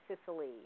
Sicily